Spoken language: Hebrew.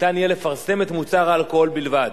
ניתן יהיה לפרסם את מוצר האלכוהול בלבד.